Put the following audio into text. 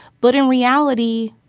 but in reality,